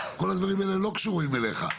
כל הדברים האלה לא קשורים אליך.